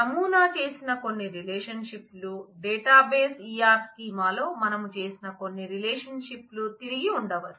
నమూనా చేసిన కొన్ని రిలేషన్షిప్లు డేటాబేస్ E R స్కీమా లో మనం చేసిన కొన్ని రిలేషన్షిప్లు తిరిగి ఉండవచ్చు